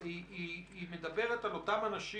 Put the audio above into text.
אני מקבל את מספר האנשים